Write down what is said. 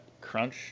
Crunch